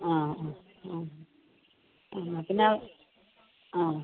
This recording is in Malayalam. ആ ആ ആ എന്നാൽ പിന്നെ ആ